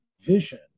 vision